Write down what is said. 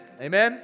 amen